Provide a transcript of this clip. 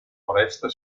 foresta